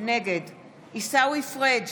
נגד עיסאווי פריג'